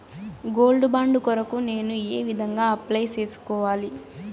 Gold bond కొరకు నేను ఏ విధంగా అప్లై సేసుకోవాలి?